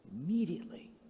immediately